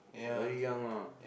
very young ah